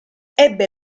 ebbe